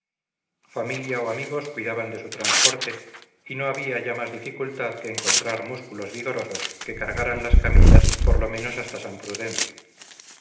familia o amigos cuidaban de su transporte y no había ya más dificultad que encontrar músculos vigorosos que cargaran las camillas por lo menos hasta san prudencio